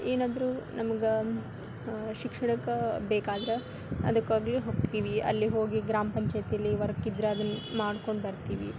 ಏನಾದರು ನಮ್ಗೆ ಶಿಕ್ಷಣಕ್ಕೆ ಬೇಕಾಗಿರ ಅದಕ್ಕಾಗಲಿ ಹೋಗ್ತೀವಿ ಅಲ್ಲಿ ಹೋಗಿ ಗ್ರಾಮ ಪಂಚಾಯಿತಿಲ್ಲಿ ವರ್ಕಿದ್ರೆ ಅದನ್ನ ಮಾಡ್ಕೊಂಡು ಬರ್ತೀವಿ